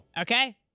Okay